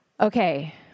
Okay